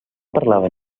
parlava